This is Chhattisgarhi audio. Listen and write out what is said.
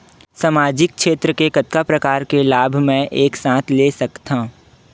सामाजिक क्षेत्र के कतका प्रकार के लाभ मै एक साथ ले सकथव?